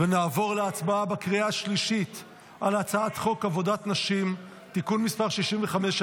נעבור להצבעה בקריאה השלישית על הצעת חוק עבודת נשים (תיקון מס' 65),